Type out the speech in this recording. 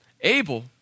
Abel